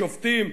שופטים,